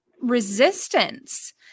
resistance